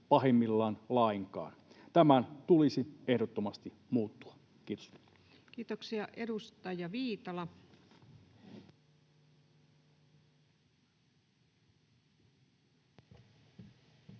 pahimmillaan lainkaan. Tämän tulisi ehdottomasti muuttua. — Kiitos. Kiitoksia. — Edustaja Viitala. Arvoisa